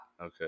Okay